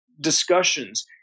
discussions